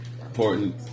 important